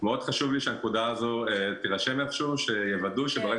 מאוד חשוב לי שהנקודה הזאת תירשם שיוודאו שברגע